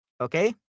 okay